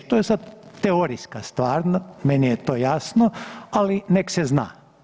To je sad teorijska stvar, meni je to jasno, ali nek se zna.